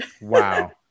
Wow